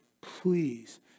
please